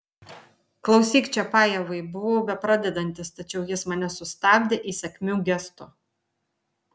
klausykit čiapajevai buvau bepradedantis tačiau jis mane sustabdė įsakmiu gestu